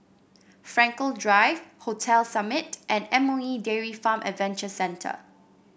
Frankel Drive Hotel Summit and M O E Dairy Farm Adventure Centre